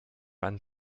wann